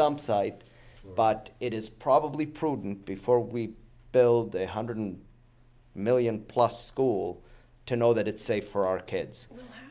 dump site but it is probably prudent before we build a hundred million plus school to know that it's safe for our kids